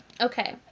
Okay